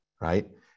right